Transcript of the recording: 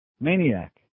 Maniac